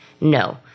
No